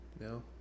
no